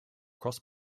cross